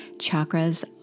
Chakras